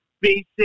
basic